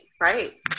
right